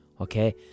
okay